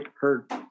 heard